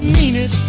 painted